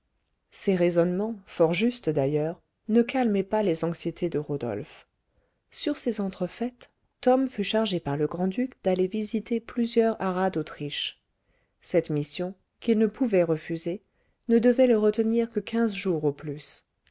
ces raisonnements fort justes d'ailleurs ne calmaient pas les anxiétés de rodolphe sur ces entrefaites tom fut chargé par le grand-duc d'aller visiter plusieurs haras d'autriche cette mission qu'il ne pouvait refuser ne devait le retenir que quinze jours au plus